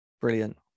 Brilliant